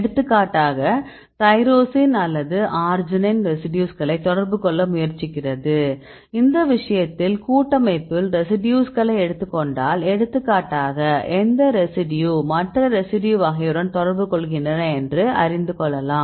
எடுத்துக்காட்டாக தைரோசின் அல்லது அர்ஜினைன் ரெசிடியூஸ்களை தொடர்பு கொள்ள முயற்சிக்கிறது இந்த விஷயத்தில் கூட்டமைப்பில் ரெசிடியூஸ்களை எடுத்துக்கொண்டால் எடுத்துக்காட்டாக எந்த ரெசிடியூ வகை மற்ற ரெசிடியூ வகையுடன் தொடர்பு கொள்கின்றன என்று அறிந்து கொள்ளலாம்